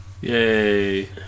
Yay